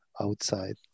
outside